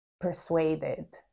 persuaded